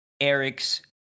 Eric's